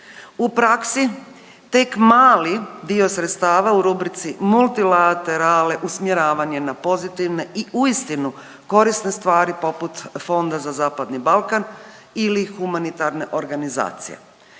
U praksi tek mali dio sredstava u rubrici multilaterale usmjeravanje na pozitivne i uistinu korisne stvari poput Fonda za zapadni Balkan ili humanitarne organizacije.